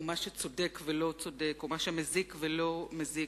או מה שצודק ולא צודק, או מה שמזיק ולא מזיק,